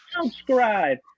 Subscribe